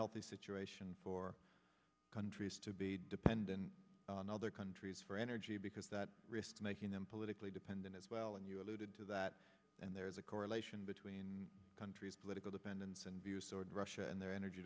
healthy situation for countries to be dependent on other countries for energy because that risk making them politically dependent as well and you alluded to that and there is a correlation between countries political dependence and view sort of russia and their energy